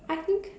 I think